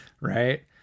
Right